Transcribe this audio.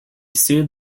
sued